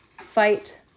fight